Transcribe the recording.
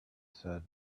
said